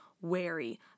wary